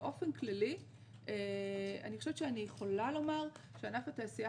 באופן כללי אני חושבת שאני יכולה לומר שענף התעשייה